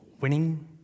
winning